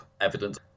evidence